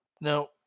Now